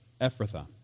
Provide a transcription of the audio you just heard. Ephrathah